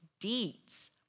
deeds